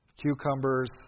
cucumbers